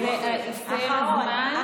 הסתיים הזמן.